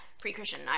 pre-Christian